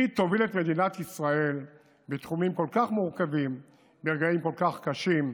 יובילו את מדינת ישראל בתחומים כל כך מורכבים ברגעים כל כך קשים.